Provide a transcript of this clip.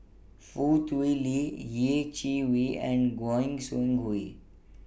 Foo Tui Liew Yeh Chi Wei and Goi Seng Hui